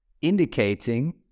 indicating